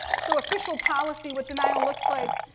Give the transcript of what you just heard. so, official policy what denial looks like,